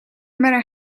matter